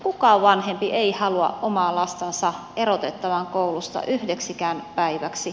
kukaan vanhempi ei halua omaa lastansa erotettavan koulusta yhdeksikään päiväksi